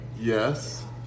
Yes